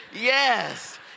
yes